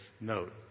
note